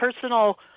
personal